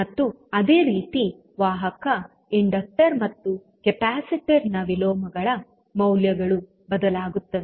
ಮತ್ತು ಅದೇ ರೀತಿ ವಾಹಕ ಇಂಡಕ್ಟರ್ ಮತ್ತು ಕೆಪಾಸಿಟರ್ ನ ವಿಲೋಮಗಳ ಮೌಲ್ಯಗಳು ಬದಲಾಗುತ್ತವೆ